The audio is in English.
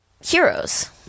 heroes